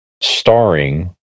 starring